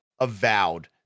avowed